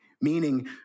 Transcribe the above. meaning